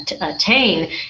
attain